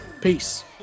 peace